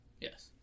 Yes